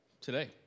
today